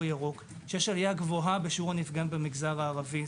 ירוק יש עלייה גבוהה בשיעור הנפגעים במגזר הערבי.